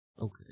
okay